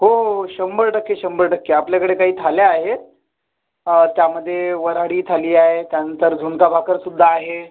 हो हो शंभर टक्के शंभर टक्के आपल्याकडे काही थाळ्या आहेत त्यामध्ये वऱ्हाडी थाली आहे त्यानंतर झुणका भाकरसुद्धा आहे